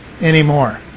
anymore